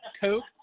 Coke